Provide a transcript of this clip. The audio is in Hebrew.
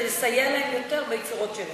כדי לסייע להם יותר ביצירות שלהם.